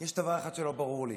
יש דבר אחד שלא ברור לי,